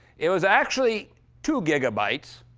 it was actually two gigabytes.